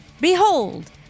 Behold